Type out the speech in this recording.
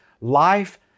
life